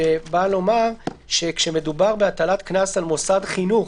שבאה לומר שכאשר מדובר בהטלת קנס על מוסד חינוך,